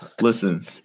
Listen